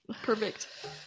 perfect